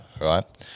right